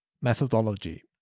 methodology